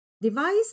Device